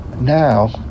Now